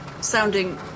sounding